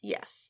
Yes